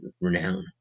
renown